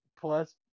plus